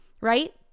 right